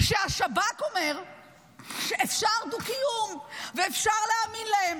שהשב"כ אומר שאפשר דו-קיום ואפשר להאמין להם.